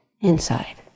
inside